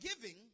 giving